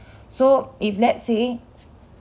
so if let's say